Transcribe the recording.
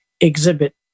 exhibit